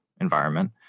environment